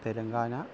Telangana